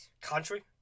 country